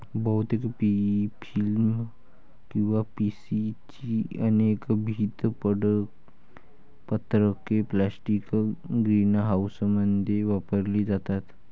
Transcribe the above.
बहुतेक PE film किंवा PC ची अनेक भिंत पत्रके प्लास्टिक ग्रीनहाऊसमध्ये वापरली जातात